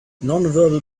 nonverbal